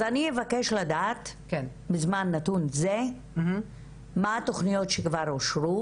אז אני אבקש לדעת בזמן נתון זה מה התוכניות שכבר אושרו